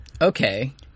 Okay